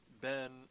Ben